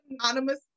anonymous